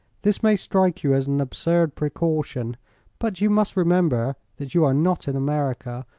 this may strike you as an absurd precaution but you must remember that you are not in america,